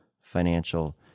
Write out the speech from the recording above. financial